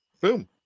boom